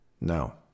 No